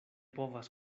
povas